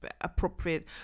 appropriate